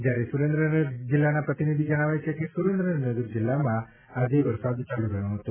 જ્યારે સુરેન્દ્રનગર જિલ્લાના પ્રતિનિધિ જણાવે છે કે સુરેન્દ્રનગર જિલ્લામાં આજે વરસાદ ચાલુ રહ્યો હતો